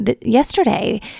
yesterday